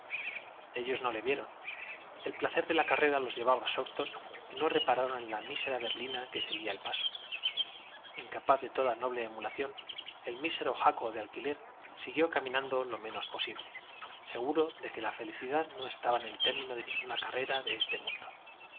ellos no le vieron el placer de la carrera los llevaba absortos y no repararon en la mísera berlina que seguía al paso incapaz de toda noble emulación el mísero jaco de alquiler siguió caminando lo menos posible seguro de que la felicidad no estaba en el término de ninguna carrera de este mundo